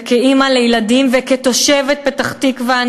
וכאימא לילדים וכתושבת פתח-תקווה,